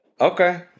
Okay